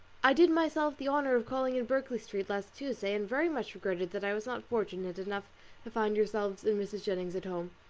i did myself the honour of calling in berkeley street last tuesday, and very much regretted that i was not fortunate enough to find yourselves and mrs. jennings at home.